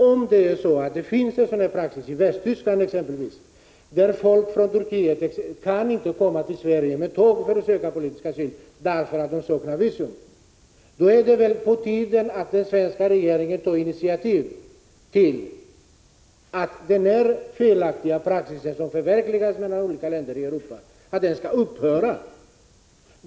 Om det nu finns en sådan praxis i exempelvis Västtyskland, varifrån människor från Turkiet inte kan komma med tåg till Sverige för att söka politisk asyl, därför att de saknar visum, är det på tiden att den svenska regeringen tar initiativ till att denna felaktiga praxis, som följs i olika länder i Europa, skall upphöra.